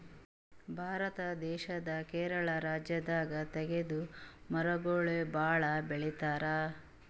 ಭಾರತ ದೇಶ್ ಕೇರಳ ರಾಜ್ಯದಾಗ್ ತೇಗದ್ ಮರಗೊಳ್ ಭಾಳ್ ಬೆಳಿತಾರ್